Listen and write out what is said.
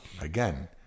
again